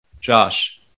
Josh